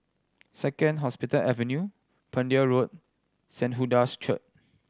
Second Hospital Avenue Pender Road Saint Hilda's Church